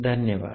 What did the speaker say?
धन्यवाद